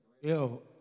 Yo